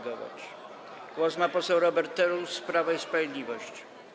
Głos ma poseł Robert Telus, Prawo i Sprawiedliwość.